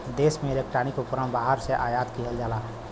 देश में इलेक्ट्रॉनिक उपकरण बाहर से आयात किहल जाला